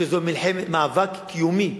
שזה מאבק קיומי